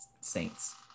Saints